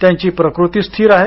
त्यांची प्रकृती स्थिर आहे